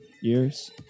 years